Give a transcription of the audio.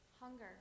hunger